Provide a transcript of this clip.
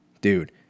dude